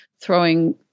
throwing